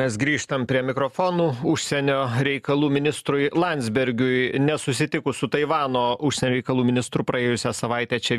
mes grįžtam prie mikrofonų užsienio reikalų ministrui landsbergiui nesusitikus su taivano užsienio reikalų ministru praėjusią savaitę čia